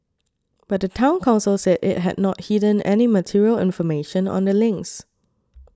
but the Town Council said it had not hidden any material information on the links